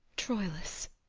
troilus,